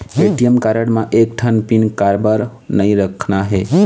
ATM card म एक ठन पिन काबर नई रखना हे?